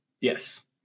Yes